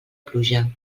pluja